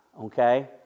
okay